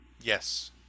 Yes